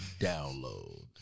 download